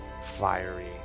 fiery